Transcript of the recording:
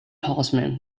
horseman